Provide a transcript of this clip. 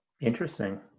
Interesting